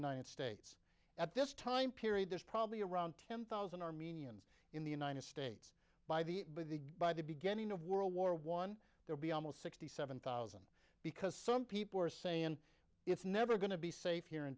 united states at this time period there's probably around ten thousand armenians in the united states by the by the by the beginning of world war one they'll be almost sixty seven thousand because some people are saying it's never going to be safe here in